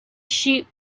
sheep